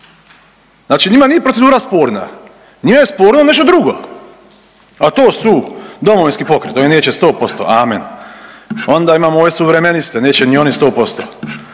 znači njima nije procedura sporna, njima je sporno nešto drugo, a to su Domovinski pokret oni neće 100% amen, onda imamo ove Suvremeniste neće ni oni 100%,